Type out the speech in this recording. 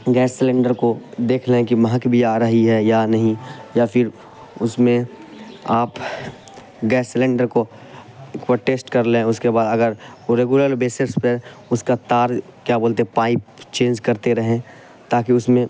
gas cylinder کو دیکھ لیں کہ مہک بھی آ رہی ہے یا نہیں یا پھر اس میں آپ گیس سلینڈر کو کو ٹیسٹ کر لیں اس کے بعد اگر ریگولر بیسس پہ اس کا تار کیا بولتے پائپ چینج کرتے رہیں تاکہ اس میں